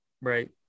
right